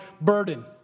burden